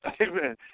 amen